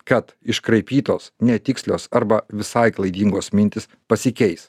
kad iškraipytos netikslios arba visai klaidingos mintys pasikeis